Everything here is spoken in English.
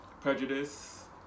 prejudice